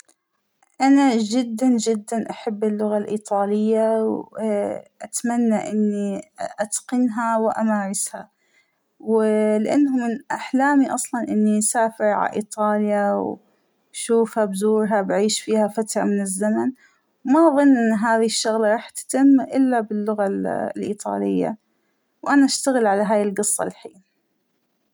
أنا جداً جداً أحب اللغة الإيطالية واااا- اتمنى أنى أتقنها وأمارسها ، واا- لانه من أحلامى أصلاً إنى أسافر عإيطاليا وأشوفها بزورها بعيش فيها فترى من الزمن ، ما أظن أن هاذى الشغلة راح تتم إلا باللغة الإيطالية ، وأنا أشتغل على هاى القصة هالحين.